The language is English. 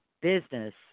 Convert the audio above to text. business